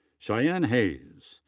cheyenne hayes.